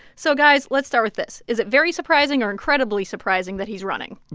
so, guys, let's start with this is it very surprising or incredibly surprising that he's running?